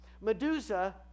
Medusa